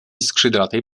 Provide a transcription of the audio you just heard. skrzydlatej